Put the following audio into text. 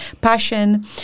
passion